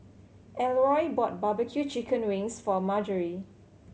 Elroy bought barbecue chicken wings for Margery